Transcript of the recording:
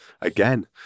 again